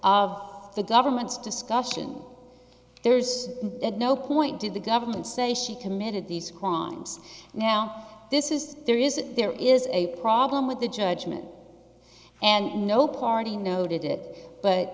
of the government's discussion there's no point did the government say she committed these crimes now this is there is there is a problem with the judgment and no party noted it but